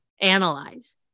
analyze